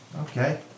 Okay